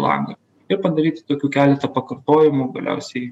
langą ir padaryti tokių keletą pakartojimų galiausiai